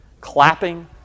clapping